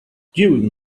during